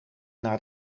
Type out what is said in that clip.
naar